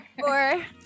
Four